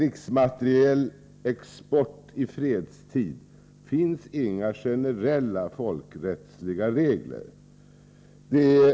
Det finns inte några generella folkrättsliga regler för krigsmaterielexport i fredstid.